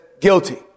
guilty